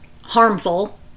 harmful